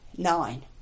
Nine